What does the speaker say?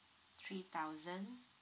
three thousand